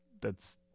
that's-